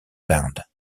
band